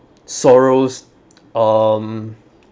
sorrows um